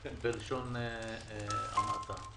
בלשון המעטה.